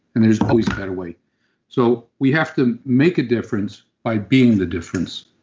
and there's always a better way. so we have to make a difference by being the difference